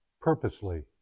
purposely